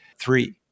three